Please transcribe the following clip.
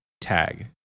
tag